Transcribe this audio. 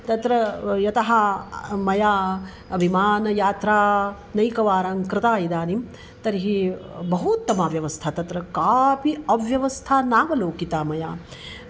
तत्र यतः मया विमानयात्रा नैकवारं कृता इदानीं तर्हि बहूत्तमव्यवस्था तत्र कापि अव्यवस्था नावलोकिता मया